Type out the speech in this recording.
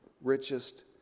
richest